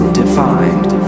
defined